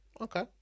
Okay